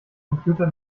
computer